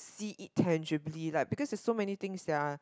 see it tangibly like because there is so many things that are